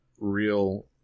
real